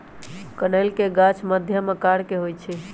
कनइल के गाछ मध्यम आकर के होइ छइ